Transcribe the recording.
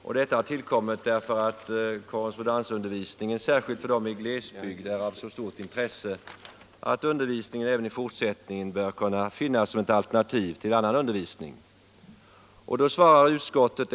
Motionen har tillkommit därför att vi anser att korrespondensundervisningen, särskilt för människor i glesbygd, är av så stort intresse att den även i fortsättningen bör finnas att tillgå som ett alternativ till annan undervisning.